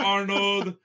Arnold